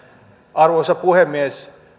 arvoisa puhemies